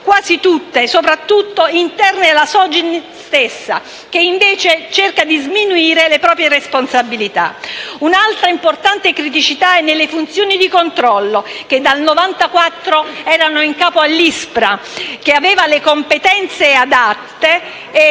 quasi tutte interne alla Sogin stessa, che invece cerca di sminuire le proprie responsabilità. Un'altra importante criticità risiede nelle funzioni di controllo, che dal 1994 erano in capo all'ISPRA, che aveva le competenze adatte;